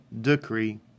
decree